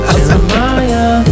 Jeremiah